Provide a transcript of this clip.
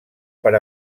per